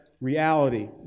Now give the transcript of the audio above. reality